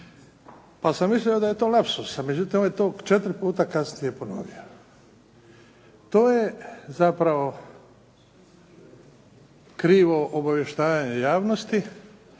pa sam mislio da je to lapsus. No međutim, on je to četiri puta kasnije ponovio. To je zapravo krivo obavještavanje javnosti